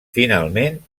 finalment